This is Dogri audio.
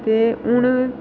ते हून